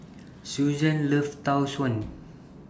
Suzanne loves Tau Suan